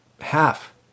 half